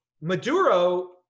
Maduro